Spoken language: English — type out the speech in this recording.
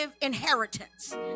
inheritance